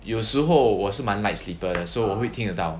有时候我是蛮 light sleeper 的说我会听得到